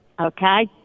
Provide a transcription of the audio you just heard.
Okay